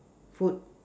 food